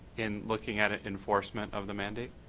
and looking at at enforcement of the mandate?